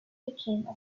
became